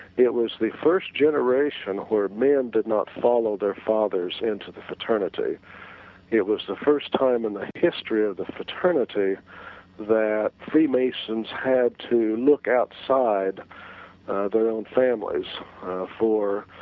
it was the first generation where man did not follows their fathers into the paternity it was the first time in the history of the fraternity that free masons had to look outside their own families for